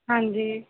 ਹਾਂਜੀ